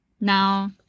Now